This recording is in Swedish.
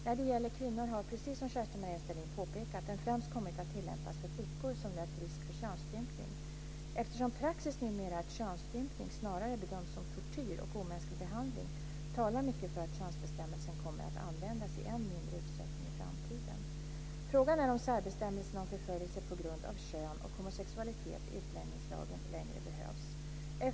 När det gäller kvinnor har, precis som Kerstin-Maria Stalin påpekat, den främst kommit att tillämpas för flickor som löpt risk för könsstympning. Eftersom praxis numera är att könsstympning snarare bedöms som tortyr och omänsklig behandling talar mycket för att könsbestämmelsen kommer att användas i än mindre utsträckning i framtiden. Frågan är om särbestämmelsen om förföljelse på grund av kön och homosexualitet i utlänningslagen längre behövs.